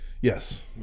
Yes